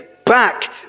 Back